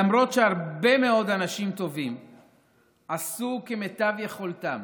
למרות שהרבה מאוד אנשים טובים עשו כמיטב יכולתם